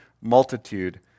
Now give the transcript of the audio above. multitude